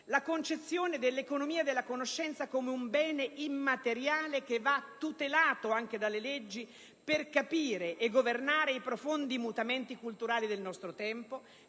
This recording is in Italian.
la concezione dell'economia della conoscenza come un bene immateriale, che va tutelato anche dalle leggi, per capire e governare i profondi mutamenti culturali del nostro tempo,